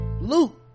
Luke